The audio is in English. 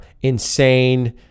insane